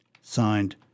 Signed